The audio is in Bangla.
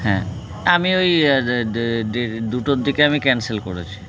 হ্যাঁ আমি ওই দুটোর দিকে আমি ক্যান্সেল করেছি